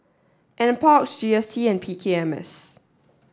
N Park G S C and P K M S